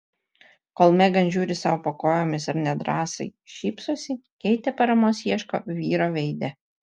kol megan žiūri sau po kojomis ir nedrąsai šypsosi keitė paramos ieško vyro veide